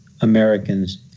americans